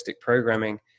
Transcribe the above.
programming